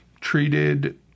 treated